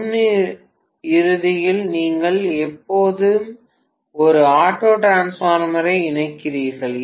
முன் இறுதியில் நீங்கள் எப்போதும் ஒரு ஆட்டோ டிரான்ஸ்பார்மரை இணைக்கிறீர்கள்